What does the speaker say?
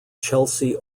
chelsea